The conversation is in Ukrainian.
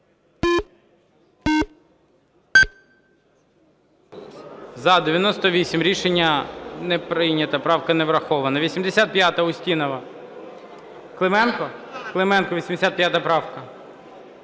За-98 Рішення не прийнято, правка не врахована. 85-а, Устінова. Клименко? Клименко, 85 правка.